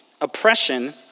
oppression